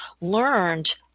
learned